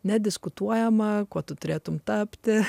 nediskutuojama kuo tu turėtumei tapti